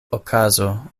okazo